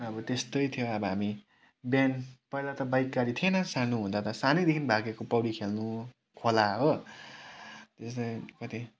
अब त्यस्तै थियो अब हामी बिहान पहिला त बाइक गाडी थिएन सानो हुँदा त सानैदेखि भागेको पौडी खेल्नु खोला हो त्यस्तै कति